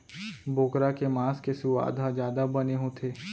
बोकरा के मांस के सुवाद ह जादा बने होथे